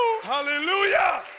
Hallelujah